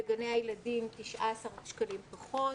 בגני הילדים 19 שקלים פחות.